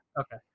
Okay